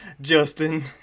justin